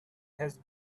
had